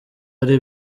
ari